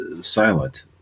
silent